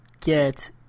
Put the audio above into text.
get